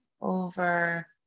over